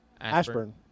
Ashburn